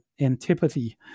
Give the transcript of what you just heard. antipathy